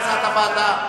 נתקבלה.